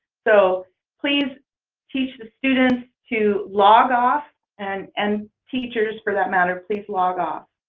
so please teach the students to log off and and teachers for that matter. please log off!